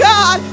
God